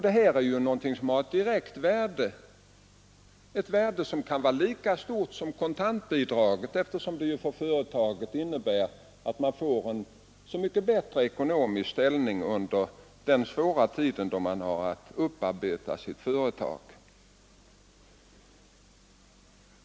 Det är någonting som har ett direkt värde — ett värde som kan vara lika stort som kontantbidraget, eftersom det innebär en så mycket bättre ekonomisk ställning under den tid då vederbörande har att upparbeta sitt företag.